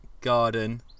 garden